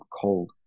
cold